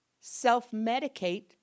self-medicate